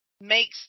makes